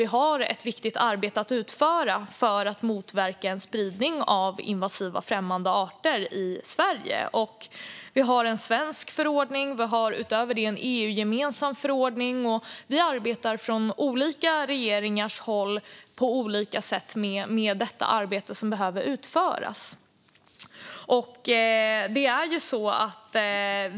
Vi har ett viktigt arbete att utföra för att motverka en spridning av invasiva främmande arter i Sverige. Vi har en svensk förordning. Vi har utöver det en EU-gemensam förordning. Vi arbetar från olika regeringar på olika sätt med det arbete som behöver utföras.